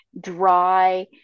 dry